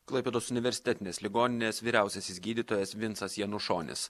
klaipėdos universitetinės ligoninės vyriausiasis gydytojas vincas janušonis